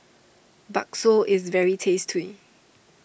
Bakso is very tasty